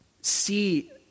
see